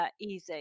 easy